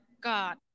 God